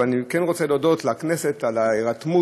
אני כן רוצה להודות לכנסת על ההירתמות